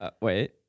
Wait